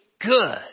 good